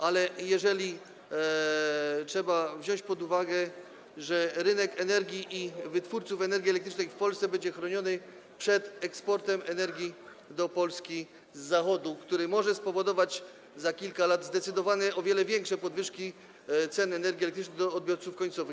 Ale trzeba wziąć pod uwagę to, że rynek energii i wytwórców energii elektrycznej w Polsce będzie chroniony przed eksportem energii do Polski z Zachodu, który może spowodować za kilka lat zdecydowane, o wiele większe podwyżki cen energii elektrycznej dla odbiorców końcowych.